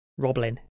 Roblin